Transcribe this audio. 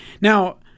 Now